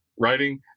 Writing